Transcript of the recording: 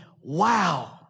wow